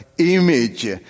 Image